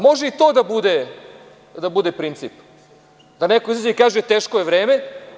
Može i to da bude princip, da neko izađe i kaže – teško je vreme.